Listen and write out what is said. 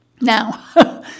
Now